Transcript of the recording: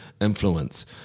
influence